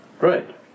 Right